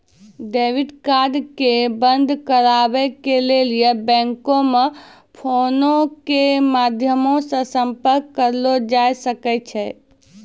debit card के बंद कराबै के लेली बैंको मे फोनो के माध्यमो से संपर्क करलो जाय सकै छै